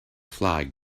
flag